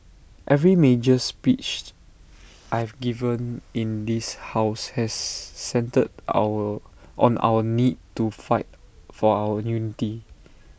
every major speeched I've given in this house has centred our on our need to fight for our unity